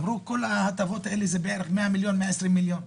אמרו: כל ההטבות האלה הן בערך 100 120 מיליון שקל.